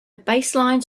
baselines